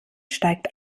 steigt